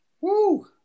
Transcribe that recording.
Woo